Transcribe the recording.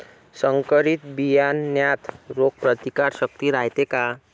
संकरित बियान्यात रोग प्रतिकारशक्ती रायते का?